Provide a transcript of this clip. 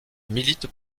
milite